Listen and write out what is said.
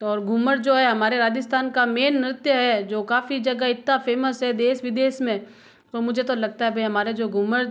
तो और घूमर जो है हमारे राजस्थान का मेन नृत्य है जो काफ़ी जगह इतना फ़ेमस है देश विदेश में तो मुझे तो लगता है भई हमारे जो घूमर